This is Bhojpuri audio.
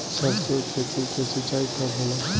सरसों की खेती के सिंचाई कब होला?